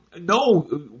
no